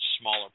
smaller